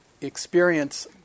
experience